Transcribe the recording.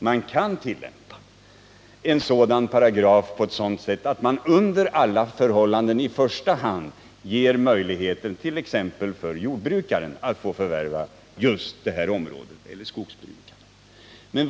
Man kan tillämpa denna paragraf på sådant sätt att man under alla förhållanden i första hand ger möjlighet för t.ex. jorbrukare att förvärva det aktuella markområdet eller skogsskiftet.